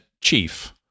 chief